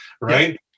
right